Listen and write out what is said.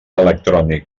electrònic